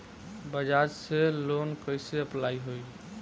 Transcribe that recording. बज़ाज़ से लोन कइसे अप्लाई होई?